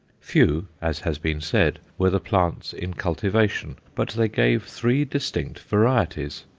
few, as has been said, were the plants in cultivation, but they gave three distinct varieties.